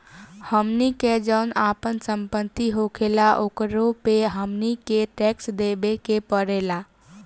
हमनी के जौन आपन सम्पति होखेला ओकरो पे हमनी के टैक्स देबे के पड़ेला